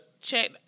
check